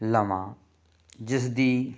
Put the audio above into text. ਲਵਾਂ ਜਿਸ ਦੀ